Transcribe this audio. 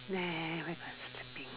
everybody sleeping